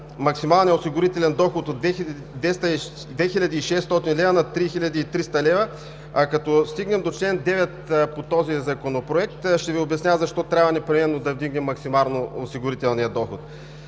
максималния осигурителен доход от 2600 лв. на 3300 лв. Като стигнем до чл. 9 по този Законопроект, ще Ви обясня защо трябва непременно да вдигнем максимално осигурителния доход.